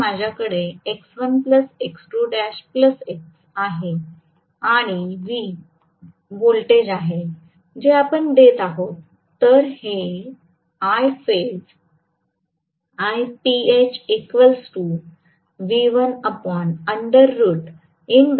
तसेच माझ्याकडे आहे आणि V1 व्होल्टेज आहे जे आपण देत आहोत